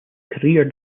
career